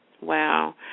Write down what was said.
Wow